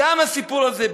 גם הסיפור הזה,